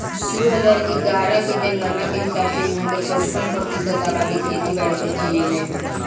दू हजार इग्यारह के जनगणना के हिसाब से इहां के पचपन प्रतिशत अबादी खेती बारी पर जीऐलेन